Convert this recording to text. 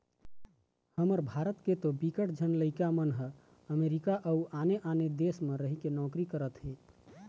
हमर भारत के तो बिकट झन लइका मन ह अमरीका अउ आने आने देस म रहिके नौकरी करत हे